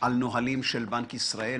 על נהלים של בנק ישראל,